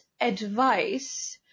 advice